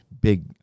big